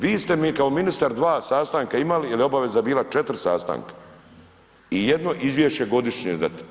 Vi ste mi kao ministar dva sastanka imali jel je obaveza bila 4 sastanka i jedno izvješće godišnje dati.